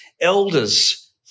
elders